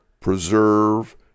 preserve